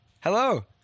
Hello